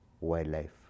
wildlife